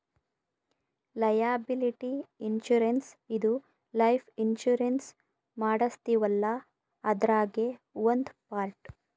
liability insurance ಇದು life insurance ಮಾಡಸ್ತೀವಲ್ಲ ಅದ್ರಾಗೇ ಒಂದ್ ಪಾರ್ಟ್